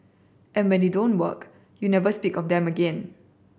and when they don't work you never speak of them again